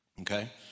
Okay